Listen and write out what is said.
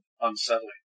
unsettling